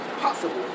possible